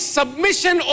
submission